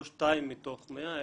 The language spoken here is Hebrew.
לא 2 מתוך 100,